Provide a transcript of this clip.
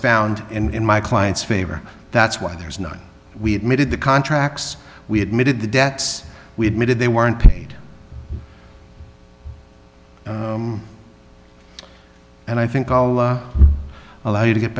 found in my client's favor that's why there is none we admitted the contracts we admitted the debts we admitted they weren't paid and i think all allow you to get